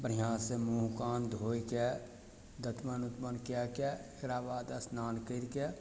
बढ़िआँसँ मुँह कान धोके दतमनि उतमनि कएके तकराबाद स्नान करिके